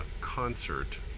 concert